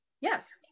Yes